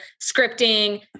scripting